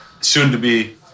Soon-to-be